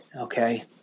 okay